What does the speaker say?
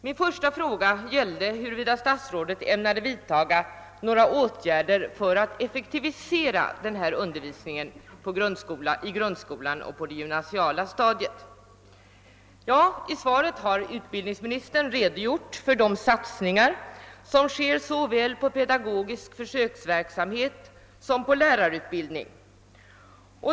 Min första fråga gällde huruvida statsrådet ämnade vidtaga några åtgärder för att effektivisera språkundervisningen i grundskolan och på det gymnasiala stadiet. I svaret har utbildningsministern redogjort för de satsningar som sker såväl på pedagogisk försöksverksamhet som på lärarutbildning.